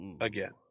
Again